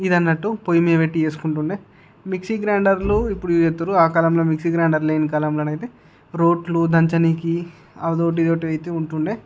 ఇది అన్నట్టు పొయ్యి మీద పెట్టి చేసుకుంటుండే మిక్సీ గ్రైండర్లు ఇప్పుడు చేత్తుర్రు ఆకాలంలో మిక్సీ గ్రైండర్లు లేని కాలంలో అయితే రోళ్ళు దంచడానికి అది ఒకటి ఇది ఒకటి అయితే ఉంటుండే